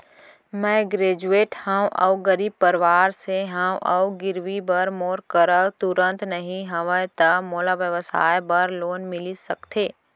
मैं ग्रेजुएट हव अऊ गरीब परवार से हव अऊ गिरवी बर मोर करा तुरंत नहीं हवय त मोला व्यवसाय बर लोन मिलिस सकथे?